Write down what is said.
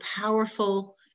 powerful